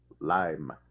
Lime